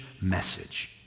message